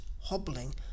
hobbling